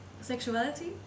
sexuality